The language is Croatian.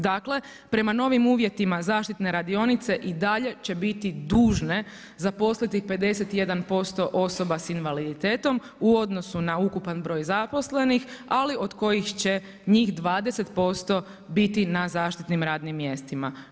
Dakle, prema novim uvjetima, zaštitne radionice i dalje će biti dužne zaposliti 51% osoba s invaliditetom u odnosu na ukupan broj zaposlenih, ali od kojih će njih 20% biti na zaštitnim radnim mjestima.